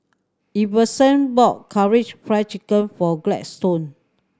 Iverson bought Karaage Fried Chicken for Gladstone